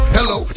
Hello